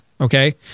okay